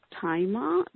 Timer